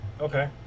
Okay